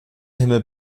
himmel